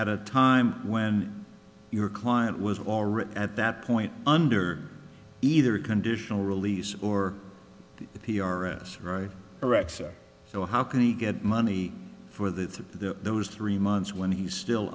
at a time when your client was already at that point under either a conditional release or the p r s right eretz or so how can he get money for the those three months when he's still